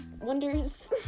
wonders